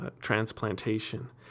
transplantation